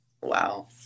Wow